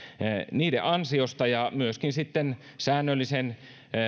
niiden ansiosta ja myöskin säännöllisen